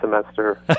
semester